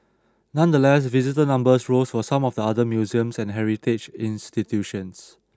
nonetheless visitor numbers rose for some of the other museums and heritage institutions